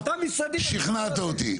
שכנעת אותי.